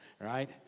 right